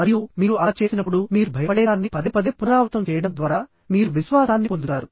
మరియు మీరు అలా చేసినప్పుడు మీరు భయపడేదాన్ని పదేపదే పునరావృతం చేయడం ద్వారా మీరు విశ్వాసాన్ని పొందుతారు